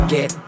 Get